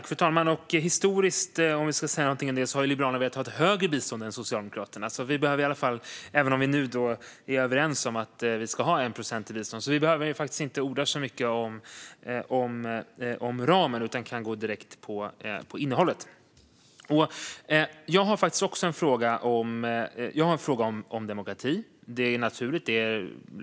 Fru talman! Historiskt, om vi ska säga någonting om det, har Liberalerna velat ha ett högre bistånd än Socialdemokraterna, även om vi nu är överens om att vi ska ha 1 procent i bistånd. Vi behöver alltså inte orda så mycket om ramen utan kan gå direkt på innehållet. Jag har en fråga om demokrati. Det är naturligt.